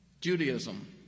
Judaism